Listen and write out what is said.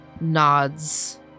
nods